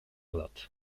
lot